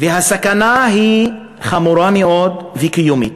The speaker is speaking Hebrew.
והסכנה היא חמורה מאוד וקיומית.